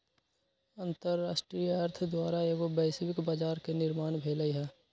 अंतरराष्ट्रीय अर्थ द्वारा एगो वैश्विक बजार के निर्माण भेलइ ह